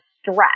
stress